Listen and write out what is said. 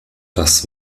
das